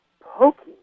poking